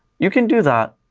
you can do that.